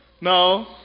no